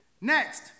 Next